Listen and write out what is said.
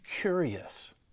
curious